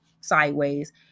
sideways